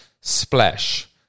Splash